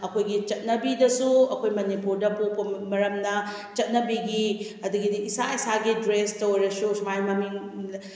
ꯑꯩꯈꯣꯏꯒꯤ ꯆꯠꯅꯕꯤꯗꯁꯨ ꯑꯩꯈꯣꯏ ꯃꯅꯤꯄꯨꯔꯗ ꯄꯣꯛꯄ ꯃꯔꯝꯅ ꯆꯠꯅꯕꯤꯒꯤ ꯑꯗꯒꯤꯗꯤ ꯏꯁꯥ ꯏꯁꯥꯒꯤ ꯗ꯭ꯔꯦꯁꯇ ꯑꯣꯏꯔꯁꯨ ꯁꯨꯃꯥꯏꯅ ꯃꯃꯤꯡ